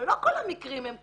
אבל לא כל המקרים הם כאלה.